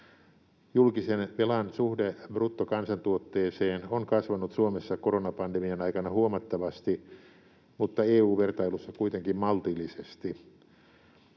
Julkisen velan suhde bruttokansantuotteeseen on kasvanut Suomessa koronapandemian aikana huomattavasti, mutta EU-vertailussa kuitenkin maltillisesti.